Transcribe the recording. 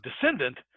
descendant